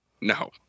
No